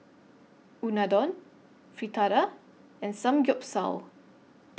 Unadon Fritada and Samgyeopsal